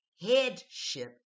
headship